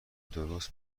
درست